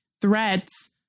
threats